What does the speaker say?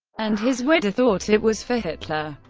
and his widow thought it was for hitler.